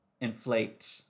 inflate